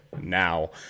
now